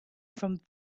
from